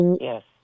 Yes